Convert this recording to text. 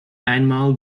einmal